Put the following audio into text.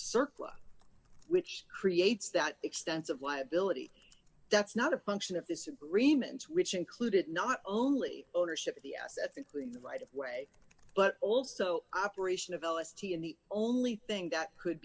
surplus which creates that extensive liability that's not a function of this agreement which included not only ownership of the assets including the right of way but also operation of l s t and the only thing that could